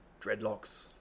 dreadlocks